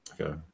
Okay